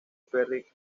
perry